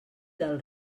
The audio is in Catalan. del